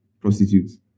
prostitutes